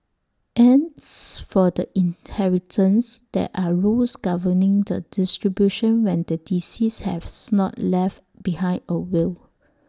as for the inheritance there are rules governing the distribution when the deceased have's not left behind A will